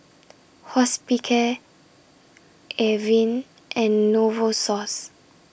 Hospicare Avene and Novosource